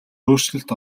өөрчлөлт